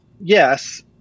yes